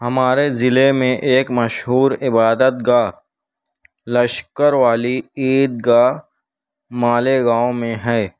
ہمارے ضلعے میں ایک مشہور عبادت گاہ لشکر والی عید گاہ مالی گاؤں میں ہے